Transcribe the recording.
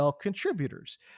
contributors